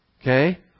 okay